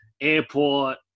airport